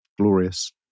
glorious